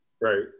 Right